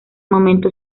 momento